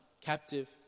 captive